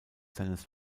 seines